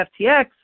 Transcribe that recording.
FTX